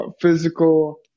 physical